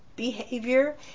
Behavior